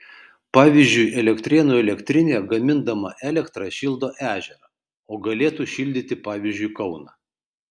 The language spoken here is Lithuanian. pavyzdžiui elektrėnų elektrinė gamindama elektrą šildo ežerą o galėtų šildyti pavyzdžiui kauną